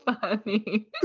funny